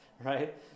right